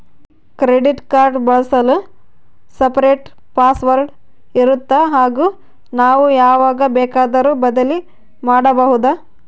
Credit card ಬಳಸಲು separate password ಇರುತ್ತಾ ಹಾಗೂ ನಾವು ಯಾವಾಗ ಬೇಕಾದರೂ ಬದಲಿ ಮಾಡಬಹುದಾ?